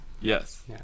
Yes